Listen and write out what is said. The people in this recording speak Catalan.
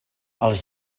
els